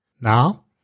Now